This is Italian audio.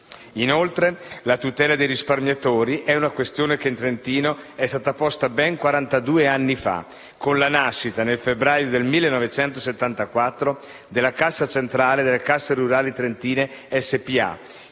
Inoltre, la tutela dei risparmiatori è una questione che in Trentino è stata posta ben quarantadue anni fa, con la nascita, nel febbraio del 1974, della Cassa centrale delle casse rurali trentine SpA,